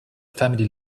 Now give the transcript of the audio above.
family